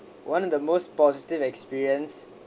one of the most positive experience